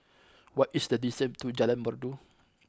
what is the distance to Jalan Merdu